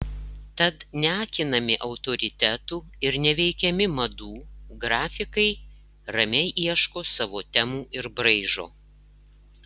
tad neakinami autoritetų ir neveikiami madų grafikai ramiai ieško savo temų ir braižo